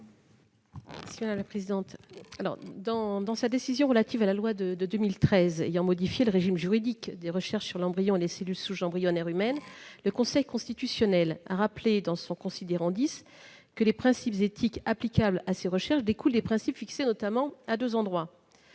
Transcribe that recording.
spéciale ? Au considérant 10 de sa décision relative à la loi de 2013 ayant modifié le régime juridique des recherches sur l'embryon et les cellules souches embryonnaires humaines, le Conseil constitutionnel a rappelé que les principes éthiques applicables à ces recherches découlent des « principes fixés notamment aux articles